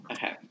Okay